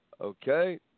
Okay